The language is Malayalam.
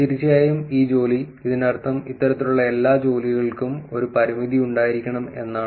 തീർച്ചയായും ഈ ജോലി ഇതിനർത്ഥം ഇത്തരത്തിലുള്ള എല്ലാ ജോലികൾക്കും ഒരു പരിമിതി ഉണ്ടായിരിക്കണം എന്നാണ്